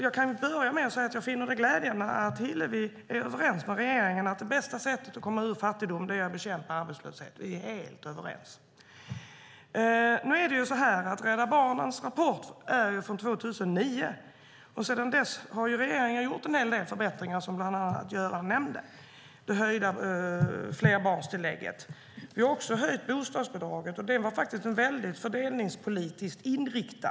Jag kan börja med att säga att jag finner det glädjande att Hillevi Larsson är överens med regeringen om att det bästa sättet att komma ur barnfattigdom är att bekämpa arbetslösheten. Vi är helt överens. Rädda Barnens rapport är från 2009. Sedan dess har regeringen gjort en hel del förbättringar, som Göran Hägglund nämnde. Flerbarnstillägget har höjts. Vi har också höjt bostadsbidraget. Det är väldigt fördelningspolitiskt inriktat.